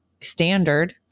standard